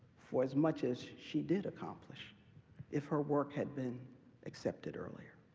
for as much as she did accomplish if her work had been accepted earlier.